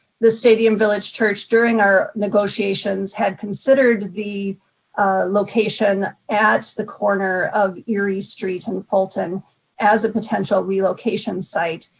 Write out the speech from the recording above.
the stadium village church during our negotiations had considered the location at the corner of erie street and fulton as a potential relocation site.